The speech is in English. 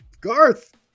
Garth